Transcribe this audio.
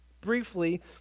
briefly